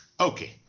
Okay